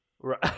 Right